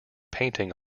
painting